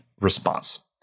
response